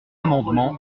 amendement